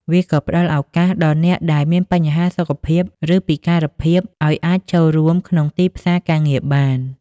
វាក៏ផ្តល់ឱកាសដល់អ្នកដែលមានបញ្ហាសុខភាព ឬពិការភាព ឱ្យអាចចូលរួមក្នុងទីផ្សារការងារបាន។